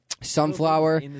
Sunflower